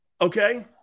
Okay